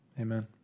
Amen